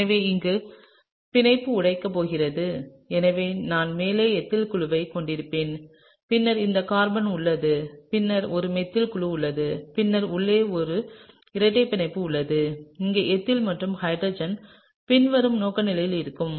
எனவே இங்கே பிணைப்பு உடைக்கப் போகிறது எனவே நான் மேலே எத்தில் குழுவைக் கொண்டிருப்பேன் பின்னர் இந்த கார்பன் உள்ளது பின்னர் ஒரு மெத்தில் குழு உள்ளது பின்னர் உள்ளே ஒரு இரட்டை பிணைப்பு உள்ளது இங்கே எத்தில் மற்றும் ஹைட்ரஜன் பின்வரும் நோக்குநிலையில் இருக்கும்